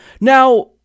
Now